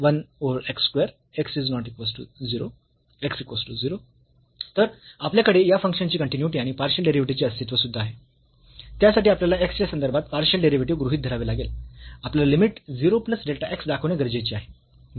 तर आपल्याकडे या फंक्शन ची कन्टीन्यूईटी आणि पार्शियल डेरिव्हेटिव्हचे अस्तित्व सुद्धा आहे त्यासाठी आपल्याला x च्या संदर्भात पार्शियल डेरिव्हेटिव्ह गृहीत धरावे लागेल आपल्याला लिमिट 0 प्लस डेल्टा x दाखवणे गरजेचे आहे